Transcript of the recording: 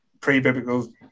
pre-biblical